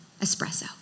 espresso